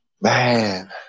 Man